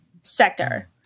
sector